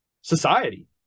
society